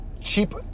cheap